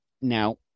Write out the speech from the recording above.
Now